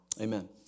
amen